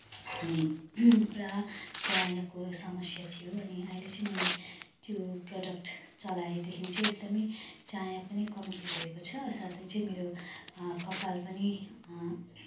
अनि पुरा चायाको समस्या थियो अनि अहिले चाहिँ मैले त्यो प्रडक्ट चलाएदेखि चाहिँ एकदमै चाया पनि कम्ती भएको छ साथै चाहिँ मेरो कपाल पनि